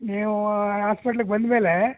ನೀವು ಹಾಸ್ಪೆಟ್ಲುಗೆ ಬಂದ ಮೇಲೆ